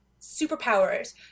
superpowers